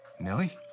Millie